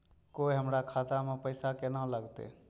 कोय हमरा खाता में पैसा केना लगते?